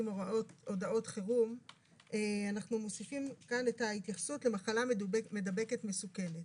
הודעות חירום את ההתייחסות למחלה מדבקת מסוכנת.